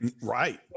right